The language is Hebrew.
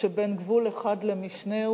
בין גבול אחד למשנהו,